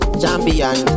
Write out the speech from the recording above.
champion